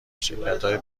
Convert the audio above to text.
شرکتهای